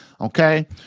Okay